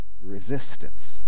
resistance